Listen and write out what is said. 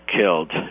killed